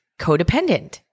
codependent